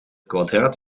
kwadraat